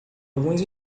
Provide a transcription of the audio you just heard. alguns